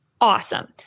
Awesome